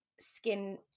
skin